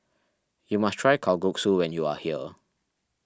you must try Kalguksu when you are here